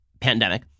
pandemic